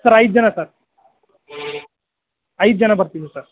sir ಐದು ಜನ sir ಐದು ಜನ ಬರ್ತೀವಿ ಸರ್